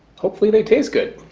hopefully they taste good